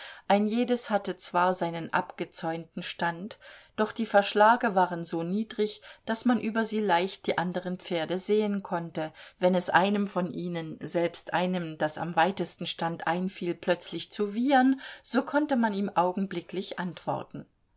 ein jedes hatte zwar seinen abgezäunten stand doch die verschlage waren so niedrig daß man über sie leicht die anderen pferde sehen konnte wenn es einem von ihnen selbst einem das am weitesten stand einfiel plötzlich zu wiehern so konnte man ihm augenblicklich antworten